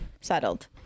settled